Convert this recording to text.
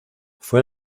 fue